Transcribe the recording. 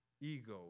ego